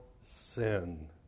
sin